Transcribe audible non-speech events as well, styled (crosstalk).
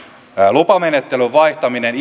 lupamenettelyn vaihtaminen (unintelligible)